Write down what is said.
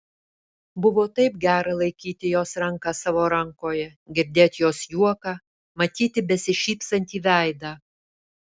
buvo taip gera laikyti jos ranką savo rankoje girdėt jos juoką matyti besišypsantį veidą